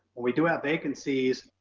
when we do have vacancies,